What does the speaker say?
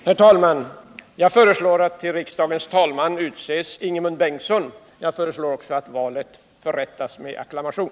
Herr talman! Jag föreslår att till riksdagens talman utses Ingemund Bengtsson. Jag föreslår också att valet förrättas med acklamation.